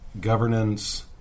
governance